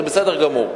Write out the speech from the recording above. זה בסדר גמור.